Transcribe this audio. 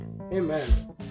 Amen